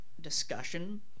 discussion